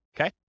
okay